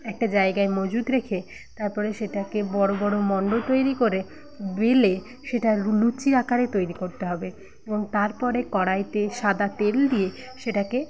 একটা জায়গায় মজুত রেখে তারপরে সেটাকে বড়ো বড়ো মন্ড তৈরি করে বেলে সেটা লুচি আকারে তৈরি করতে হবে এবং তারপরে কড়াইতে সাদা তেল দিয়ে সেটাকে